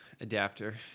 Adapter